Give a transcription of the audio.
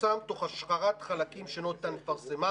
יפורסם תוך השחרת חלקים שלא ניתן לפרסמם.